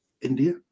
India